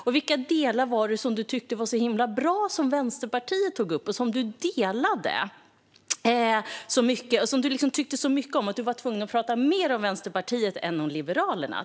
Och vilka delar av det som Vänsterpartiet tog upp tyckte du var så himla bra? Du delade våra åsikter och tyckte så mycket om dem att du var tvungen att prata mer om Vänsterpartiet än om Liberalerna.